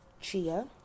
Chia